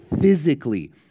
physically